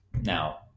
Now